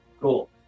Cool